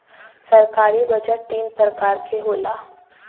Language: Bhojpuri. सरकारी बजट तीन परकार के होला